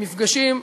מפגשים,